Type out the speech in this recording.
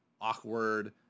awkward